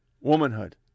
womanhood